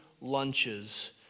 lunches